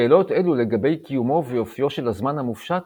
שאלות אלו לגבי קיומו ואופיו של הזמן המופשט